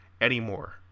anymore